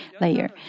layer